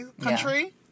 country